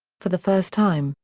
for the first time,